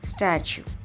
Statue